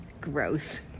Gross